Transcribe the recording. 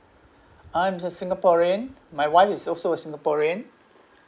I'm a singaporean my wife is also a singaporean